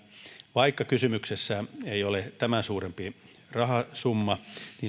vaikka kysymyksessä ei ole tämän suurempi rahasumma